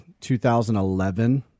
2011